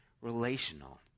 relational